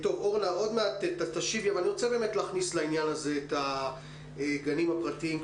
אני רוצה להכניס לעניין הזה את הגנים הפרטיים.